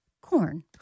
corn